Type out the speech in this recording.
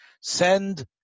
send